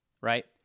right